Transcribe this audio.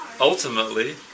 ultimately